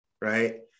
right